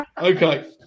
Okay